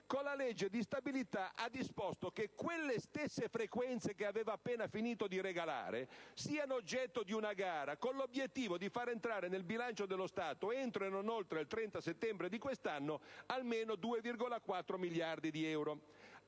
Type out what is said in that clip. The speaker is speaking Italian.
con la legge di stabilità ha disposto che quelle stesse frequenze, che aveva appena finito di regalare, siano oggetto di una gara con l'obiettivo di far entrare nel bilancio dello Stato entro e non oltre il 30 settembre di quest'anno almeno 2,4 miliardi di euro.